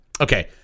Okay